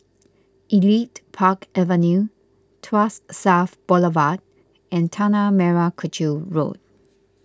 Elite Park Avenue Tuas South Boulevard and Tanah Merah Kechil Road